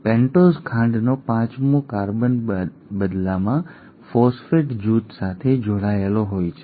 અને પેન્ટોઝ ખાંડનો પાંચમો કાર્બન બદલામાં ફોસ્ફેટ જૂથ સાથે જોડાયેલો હોય છે